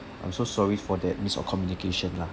I'm so sorry for that miss of communication lah